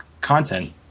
content